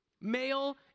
Male